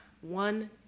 one